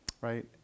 right